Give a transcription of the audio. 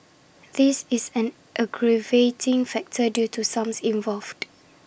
this is an aggravating factor due to sums involved